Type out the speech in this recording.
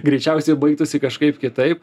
greičiausiai baigtųsi kažkaip kitaip